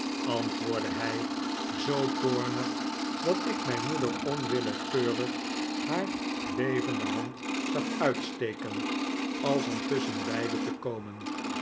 antwoordde hij zoo toornig dat ik mijn moeder onwillekeurig haar bevende hand zag uitsteken als om tusschenbeide te komen